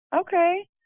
Okay